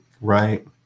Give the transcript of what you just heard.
Right